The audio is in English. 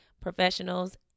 professionals